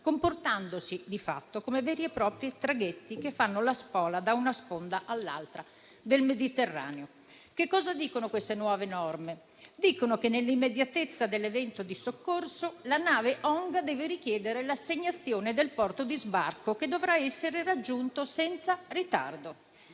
comportandosi di fatto come veri e propri traghetti che fanno la spola da una sponda all'altra del Mediterraneo. Che cosa dicono queste nuove norme? Dicono che nell'immediatezza dell'evento di soccorso la nave ONG deve richiedere l'assegnazione del porto di sbarco che dovrà essere raggiunto senza ritardo.